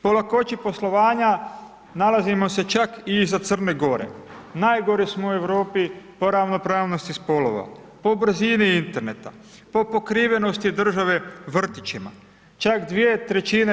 Po lakoći poslovanja nalazimo se čak i iza Crne Gore, najgori smo u Europi po ravnopravnosti spolova, po brzini interneta, po pokrivenosti države vrtićima, čak 2/